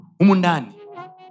Umundani